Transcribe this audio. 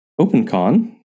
OpenCon